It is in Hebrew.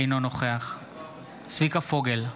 אינו נוכח צביקה פוגל,